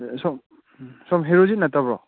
ꯁꯣꯝ ꯁꯣꯝ ꯍꯦꯔꯣꯖꯤꯠ ꯅꯠꯇꯕ꯭ꯔꯣ